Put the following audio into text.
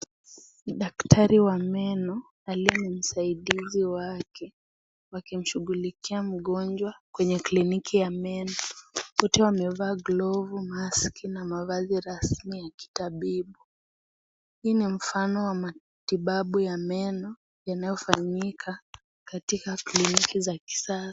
Daktari wa meno aliye na msaidizi wake, wakimshughulikia mgonjwa kwenye kliniki ya meno. Wote wamevaa glavu, mask na mavazi rasmi ya kitabibu. Hii ni mfano wa matibabu ya meno yanayofanyika katika kliniki za kisasa.